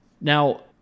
Now